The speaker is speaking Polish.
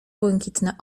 błękitne